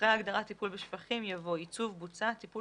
אחרי ההגדרה "טיפול בשפכים" יבוא: ""ייצוב בוצה" טיפול